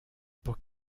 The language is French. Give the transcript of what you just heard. pour